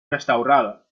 restaurada